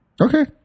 Okay